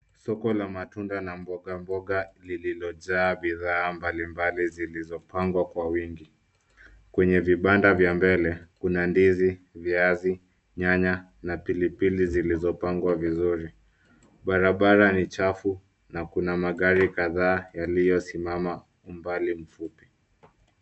Soko la matunda na mboga mboga zilizojaa bidhaa mbali mbali zilizopangwa kwa wingi. Kwenye vibanda vya mbele kuna ndizi, viazi, nyanya na pililpili zilizo pangwa vizuri. Barabara ni chafu na kuna magari kadhaa yaliyo simama umbali mfupi.